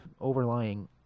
overlying